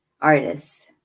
artists